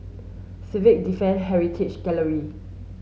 Civil Defence Heritage Gallery